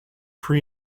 pre